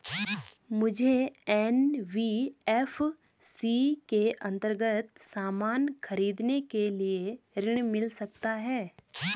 मुझे एन.बी.एफ.सी के अन्तर्गत सामान खरीदने के लिए ऋण मिल सकता है?